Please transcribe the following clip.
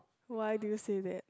why do you say that